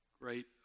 great